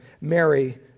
Mary